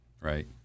right